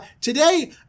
today